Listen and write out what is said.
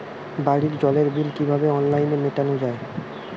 বাড়ির জলের বিল কিভাবে অনলাইনে মেটানো যায়?